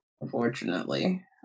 unfortunately